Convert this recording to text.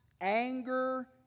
anger